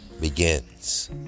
begins